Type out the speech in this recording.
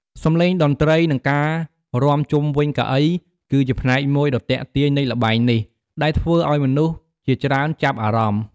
សំឡេងតន្ត្រី និងការរាំជុំវិញកៅអី គឺជាផ្នែកមួយដ៏ទាក់ទាញនៃល្បែងនេះ ដែលធ្វើឱ្យមនុស្សជាច្រើនចាប់អារម្មណ៍។